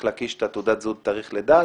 להקיש את מספר תעודת הזהות ותאריך לידה,